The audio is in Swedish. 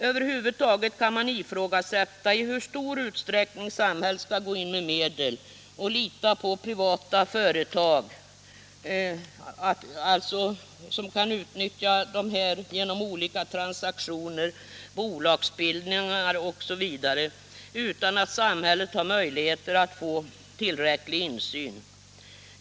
Över huvud taget kan man ifrågasätta i hur stor utsträckning samhället skall gå in med medel och lita på privata företag som kan utnyttja dessa genom olika transaktioner, bolagsbildningar osv. utan att samhället har möjligheter till tillräcklig insyn.